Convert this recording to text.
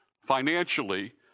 financially